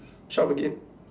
shop again